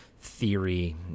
theory